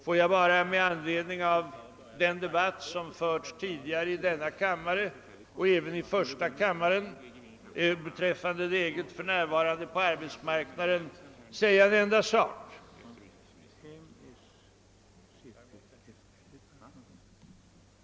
Får jag bara med anledning av den debatt som har förts tidigare i denna kammare och första kammaren beträffande läget på arbetsmarknaden säga följande.